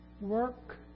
Work